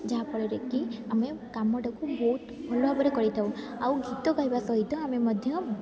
ଯାହାଫଳରେ କି ଆମେ କାମଟାକୁ ବହୁତ ଭଲ ଭାବରେ କରିଥାଉ ଆଉ ଗୀତ ଗାଇବା ସହିତ ଆମେ ମଧ୍ୟ